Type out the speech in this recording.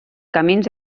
camins